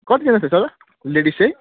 कतिजना छ दादा लेडिस चाहिँ